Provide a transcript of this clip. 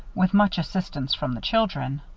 with much assistance from the children.